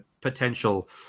potential